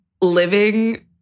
living